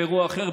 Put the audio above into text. באירוע אחר,